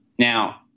Now